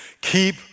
keep